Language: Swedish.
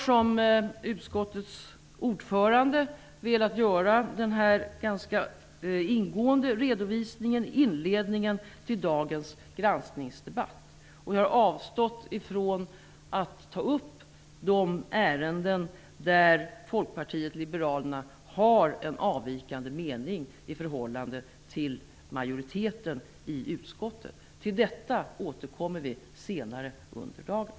Som utskottets ordförande har jag velat göra denna ganska ingående redovisningen i inledningen till dagens granskningsdebatt. Jag har avstått från att ta upp de ärenden där Folkpartiet liberalerna har en avvikande mening i förhållande till majoriteten i utskottet. Till detta återkommer vi senare under dagen.